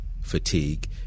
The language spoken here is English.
fatigue